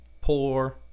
poor